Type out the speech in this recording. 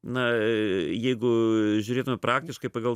na jeigu žiūrėtumėm praktiškai pagal